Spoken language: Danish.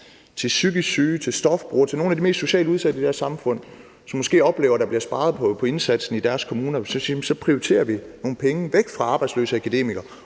psykisk syge, stofmisbrugere, altså til nogle af de mest socialt udsatte i det her samfund, som måske oplever, at der bliver sparet på indsatsen i deres kommune. Der kunne man sige, at man prioriterer nogle penge væk fra arbejdsløse akademikere